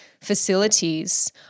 facilities